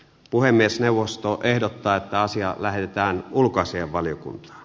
puhemiesneuvosto ehdottaa että asia lähettää ulkoasianvaliokunta